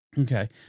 Okay